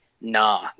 nah